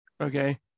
okay